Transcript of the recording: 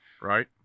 Right